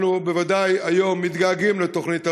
אנחנו מתגעגעים היום לתוכנית אלון,